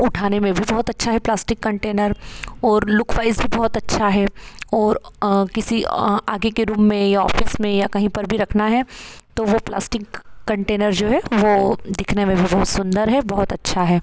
उठाने में भी बहुत अच्छा है प्लास्टिक कंटेनर और लुक वाइज़ भी बहुत अच्छा है और किसी आगे के रूम में या ऑफ़िस में या कहीं पर भी रखना है तो वो प्लास्टिक कंटेनर जो है वो दिखने में भी बहुत सुंदर है बहुत अच्छा है